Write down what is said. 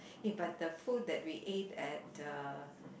but the food that we ate at uh